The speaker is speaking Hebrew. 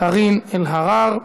קארין אלהרר.